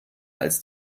als